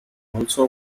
also